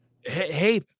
hey